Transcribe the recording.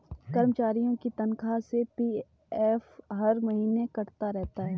कर्मचारियों के तनख्वाह से पी.एफ हर महीने कटता रहता है